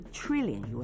trillion